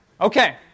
Okay